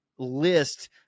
list